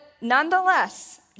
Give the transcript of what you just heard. nonetheless